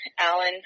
Alan